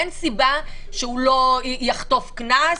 אין סיבה שהוא לא יחטוף קנס,